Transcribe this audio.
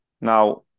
Now